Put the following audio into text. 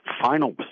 final